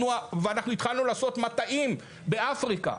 אנחנו התחלנו לעשות מטעים באפריקה,